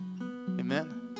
Amen